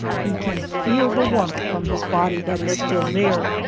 he can feel the warmth from his body that is still there,